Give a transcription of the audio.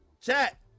Chat